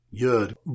Good